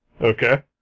Okay